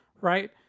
right